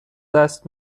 دست